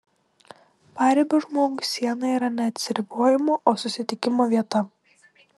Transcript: paribio žmogui siena yra ne atsiribojimo o susitikimo vieta